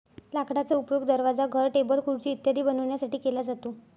लाकडाचा उपयोग दरवाजा, घर, टेबल, खुर्ची इत्यादी बनवण्यासाठी केला जातो